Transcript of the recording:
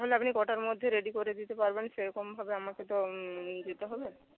তাহলে আপনি কটার মধ্যে রেডি করে দিতে পারবেন সেরকমভাবে আমাকে তো নিয়ে যেতে হবে